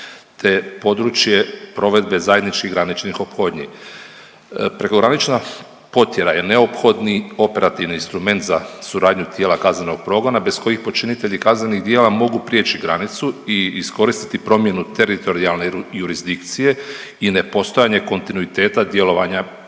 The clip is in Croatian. te područje provedbe zajedničkih graničnih ophodnji. Prekogranična potjera je neophodni operativni instrument za suradnju tijela kaznenog progona bez kojih počinitelji kaznenih djela mogu prijeći granicu i iskoristiti promjenu teritorijalne jurisdikcije i nepostojanje kontinuiteta djelovanja